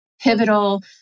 pivotal